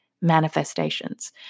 Manifestations